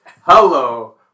Hello